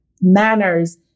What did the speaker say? manners